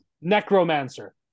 Necromancer